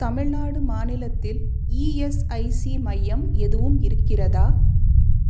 தமிழ்நாடு மாநிலத்தில் இஎஸ்ஐசி மையம் எதுவும் இருக்கிறதா